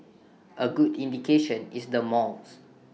A good indication is the malls